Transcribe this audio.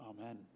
Amen